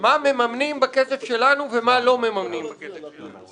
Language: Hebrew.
מה מממנים בכסף שלנו ומה לא מממנים בכסף שלנו.